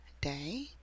day